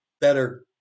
better